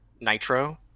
nitro